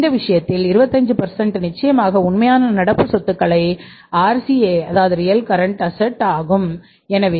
இந்த விஷயத்தில் 25 நிச்சயமாக உண்மையான நடப்பு சொத்துகளான ஆர்